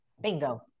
Bingo